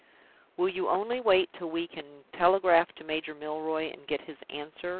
will you only wait till we can telegraph to major milroy and get his answer?